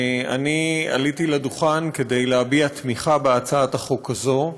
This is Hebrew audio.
עליתי לדוכן כדי להביע תמיכה בהצעת החוק הזאת,